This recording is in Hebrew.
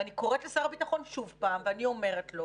ואני קוראת לשר הביטחון שוב ואני אומרת לו: